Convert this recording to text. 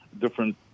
different